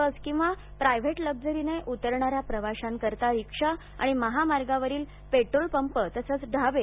बस आणि प्रायव्हेट लक्झरीने उतरणाऱ्या प्रवाश्यांकरिता रिक्षा महामार्गावरील पेट्रोल पंप आणि ढाबे